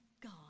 God